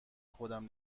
خودم